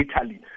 Italy